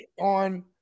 on